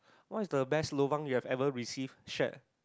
what is the best lobang you have ever receive shared